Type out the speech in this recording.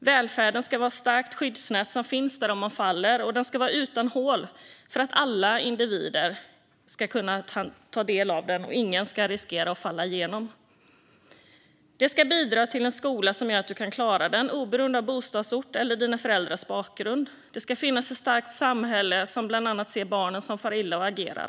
Välfärden ska vara ett starkt skyddsnät som finns där om man faller. Det ska vara utan hål så att alla individer ska kunna ta del av välfärden, och ingen ska riskera att falla igenom. Skyddsnätet ska bidra till en skola som gör att du kan klara den oberoende av bostadsort eller dina föräldrars bakgrund. Det ska finnas ett starkt samhälle som bland annat ser barnen som far illa och som agerar.